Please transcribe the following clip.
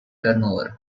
turnover